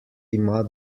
ima